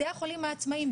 בתי החולים העצמאיים,